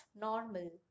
normal